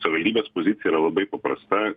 savivaldybės pozicija yra labai paprasta